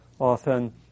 Often